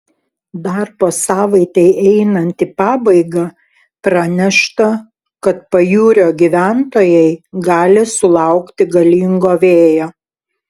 darbo savaitei einant į pabaigą pranešta kad pajūrio gyventojai gali sulaukti galingo vėjo